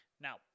Now